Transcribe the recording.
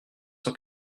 sans